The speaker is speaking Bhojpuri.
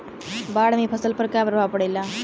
बाढ़ से फसल पर क्या प्रभाव पड़ेला?